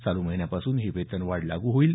चालू महिन्यापासून ही वेतनवाढ लागू होईल